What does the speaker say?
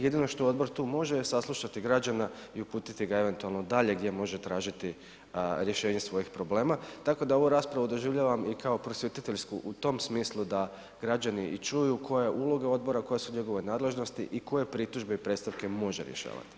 Jedino što odbor tu može je saslušati građana i uputiti ga eventualno dalje gdje može tražiti rješenje svojih problema, tako da ovu raspravu doživljavam i kao prosvjetiteljsku u tom smislu da građani i čuju koja je uloga odbora, koje su njegove nadležnosti i koje pritužbe i predstavke može rješavati.